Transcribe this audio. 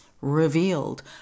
revealed